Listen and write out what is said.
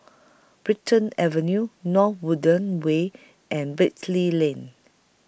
Brighton Avenue North Woodlands Way and Beatty Lane